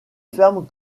ferme